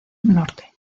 norte